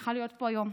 שמחה להיות פה היום.